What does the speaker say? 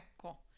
cool